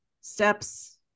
steps